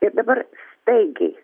ir dabar staigiai